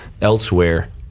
elsewhere